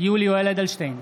יולי יואל אדלשטיין,